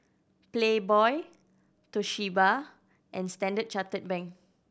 Playboy Toshiba and Standard Chartered Bank